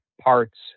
parts